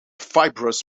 fibrous